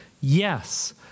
Yes